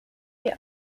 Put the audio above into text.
die